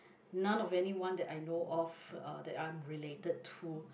none of anyone that I know of uh that I'm related to